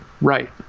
right